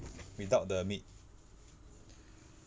without the meat